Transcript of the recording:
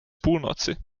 půlnoci